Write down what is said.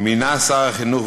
מינה שר החינוך,